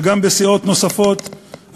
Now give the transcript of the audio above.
וגם בסיעות אחרות,